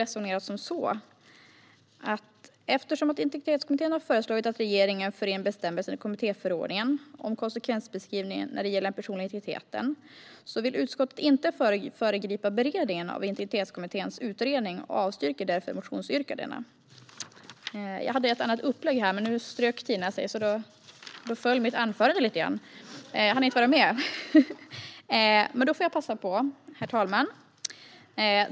Eftersom Integritetskommittén har föreslagit att regeringen för in bestämmelsen om konsekvensbeskrivning när det gäller den personliga integriteten i kommittéförordningen vill utskottet inte föregripa beredningen av Integritetskommitténs utredning. Utskottet avstyrker därför motionsyrkandena. Jag hade ett annat upplägg, men nu strök Tina Acketoft sig. Då föll mitt anförande lite grann. Jag hann inte vara med. Men nu får jag passa på. Herr talman!